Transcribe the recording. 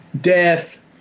death